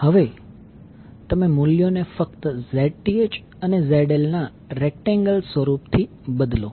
હવે તમે મૂલ્યોને ફક્ત Zth અને ZL ના રેક્ટેંગલ સ્વરૂપથી બદલો